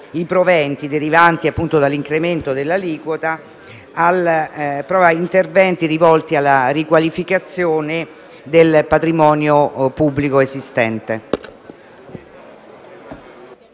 i proventi derivanti dall'incremento dell'aliquota ad interventi rivolti alla riqualificazione del patrimonio pubblico esistente.